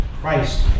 Christ